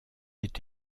est